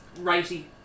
Righty